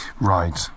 Right